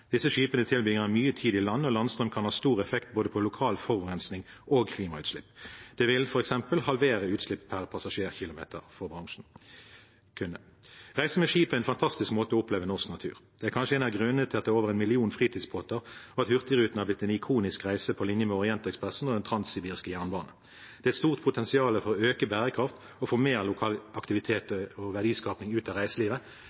Disse skipene tilbringer mye tid i land, og landstrøm kan ha stor effekt på både lokal forurensning og klimautslipp. Det vil f.eks. kunne halvere utslipp per passasjerkilometer for bransjen. Å reise med skip er en fantastisk måte å oppleve norsk natur på. Det er kanskje en av grunnene til at det er over en million fritidsbåter, og at Hurtigruten er blitt en ikonisk reise på linje med Orientekspressen og Den transsibirske jernbane. Det er et stort potensial for å øke bærekraft og få mer lokal aktivitet og verdiskaping ut av